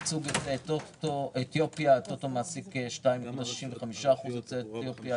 ייצוג יוצאי אתיופיה הטוטו מעסיק 2.65% יוצאי אתיופיה,